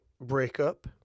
breakup